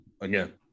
again